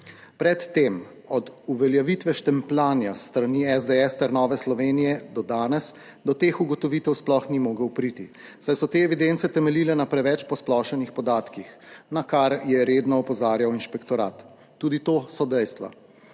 Pred tem od uveljavitve štempljanja s strani SDS ter Nove Slovenije do danes do teh ugotovitev sploh ni mogel priti, saj so te evidence temeljile na preveč posplošenih podatkih, na kar je redno opozarjal inšpektorat. Tudi to so dejstva.